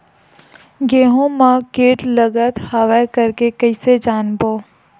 गेहूं म कीट लगत हवय करके कइसे जानबो?